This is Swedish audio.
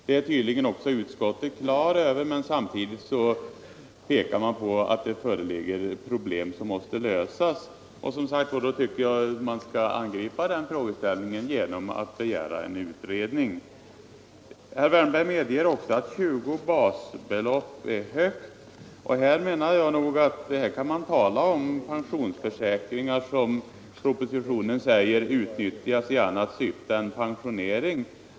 Det är tydligen också utskottet på det klara med, men man pekar samtidigt på att det finns problem som måste lösas. Jag tycker som sagt att den frågeställningen bör angripas genom att riksdagen begär en utredning. Herr Wärnberg medger också att 20 basbelopp är mycket, och jag anser att här kan man tala om pensionsförsäkringar vilka, som propositionen säger, utnyttjats i annat syfte än pensionering.